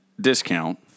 discount